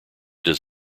does